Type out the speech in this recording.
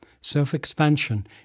Self-expansion